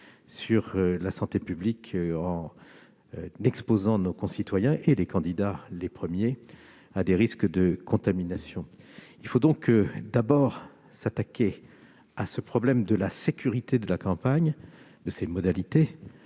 sur la santé publique en exposant nos concitoyens, en premier lieu les candidats, à des risques de contamination. Il faut donc d'abord s'attaquer au problème de la sécurité de la campagne électorale,